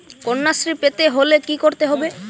কন্যাশ্রী পেতে হলে কি করতে হবে?